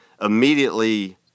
immediately